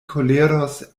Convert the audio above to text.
koleros